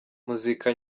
muzika